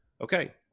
Okay